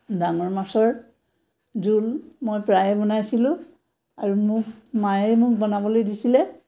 ডাঙৰ মাছৰ জোল মই প্ৰায়ে বনাইছিলোঁ আৰু মোক মায়ে মোক বনাবলৈ দিছিলে